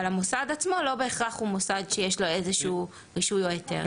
אבל המוסד עצמו הוא לא בהכרח מוסד שיש לו איזה שהוא רישוי או היתר.